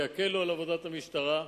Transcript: יקלו על עבודת המשטרה,